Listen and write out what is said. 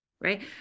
right